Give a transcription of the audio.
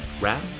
Rap